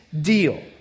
deal